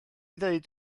ddweud